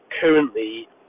currently